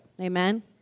Amen